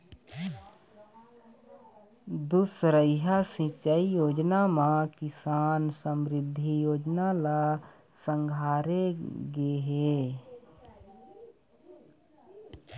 दुसरइया सिंचई योजना म किसान समरिद्धि योजना ल संघारे गे हे